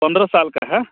पंद्रह साल का है